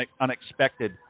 unexpected